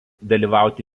dalyvauti